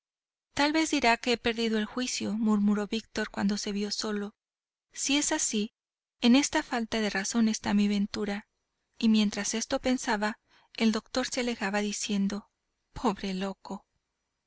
tal vez dirá que he perdido el juicio murmuró víctor cuando se vio solo si es así en esta falta de razón está mi ventura y mientras esto pensaba el doctor se alejaba diciendo pobre loco